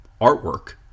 artwork